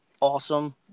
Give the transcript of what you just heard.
Awesome